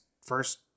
first